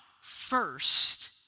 first